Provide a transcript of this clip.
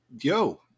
Yo